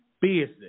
business